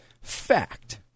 Fact